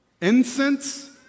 Incense